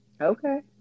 okay